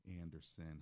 Anderson